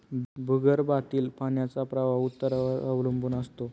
भूगर्भातील पाण्याचा प्रवाह उतारावर अवलंबून असतो